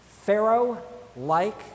pharaoh-like